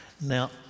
Now